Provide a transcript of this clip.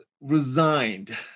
resigned